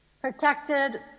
Protected